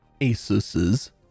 ASUS's